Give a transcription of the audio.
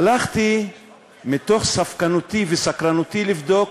הלכתי מתוך ספקנותי וסקרנותי לבדוק